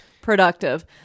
productive